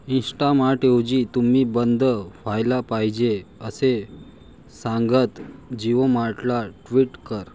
इंस्टामार्टऐवजी तुम्ही बंद व्हायला पाहिजे असे सांगत जिओमार्टला ट्विट कर